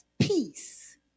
peace